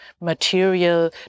material